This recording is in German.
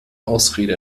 ausrede